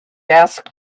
ask